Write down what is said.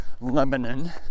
Lebanon